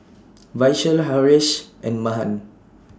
Vishal Haresh and Mahan